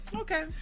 Okay